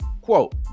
quote